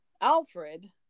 alfred